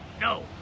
No